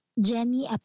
Jenny